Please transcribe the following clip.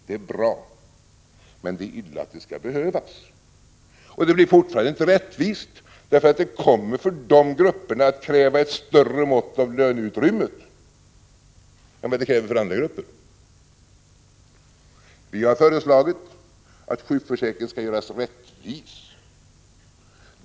Det är bra, men det är illa att det skall behövas, och det blir fortfarande inte någon rättvisa, för det kommer för de grupperna att kräva ett större mått av löneutrymmet än det kräver för andra grupper. Vi har föreslagit att sjukförsäkringen skall göras rättvis.